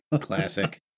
Classic